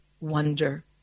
wonder